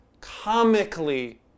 comically